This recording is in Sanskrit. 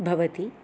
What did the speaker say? भवति